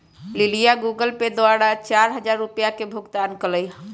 लिलीया Google Pay द्वारा चार हजार रुपिया के भुगतान कई लय